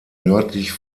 nördlich